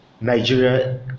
Nigeria